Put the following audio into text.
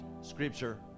scripture